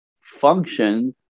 function